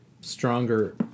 stronger